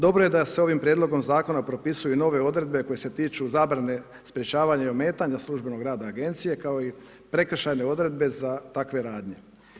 Dobro je da se ovim prijedlogom zakona propisuju nove odredbe koje se tiču zabrane sprječavanja i ometanja službenog rada agencije kao i prekršajne odredbe za takve radnje.